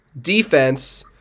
defense